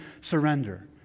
surrender